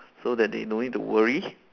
so that they don't need to worry